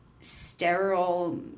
sterile